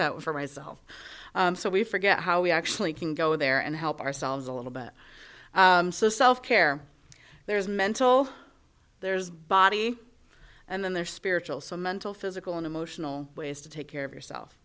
that for myself so we forget how we actually can go there and help ourselves a little bit so self care there is mental there's body and then there spiritual so mental physical and emotional ways to take care of yourself